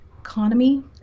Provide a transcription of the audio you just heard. economy